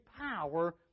power